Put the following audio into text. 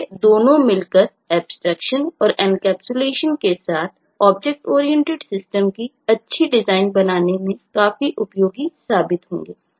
ये दोनों मिलकर एब्स्ट्रेक्शन और इनकैप्सुलेशन के साथ ऑब्जेक्ट ओरिएंटेड सिस्टम की अच्छी डिज़ाइन बनाने में काफी उपयोगी साबित होंगे